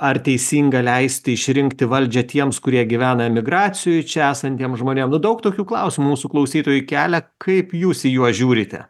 ar teisinga leisti išrinkti valdžią tiems kurie gyvena emigracijoj čia esantiem žmonėm nu daug tokių klausimų mūsų klausytojai kelia kaip jūs į juos žiūrite